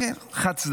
כן, כן, חד-צדדית.